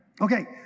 Okay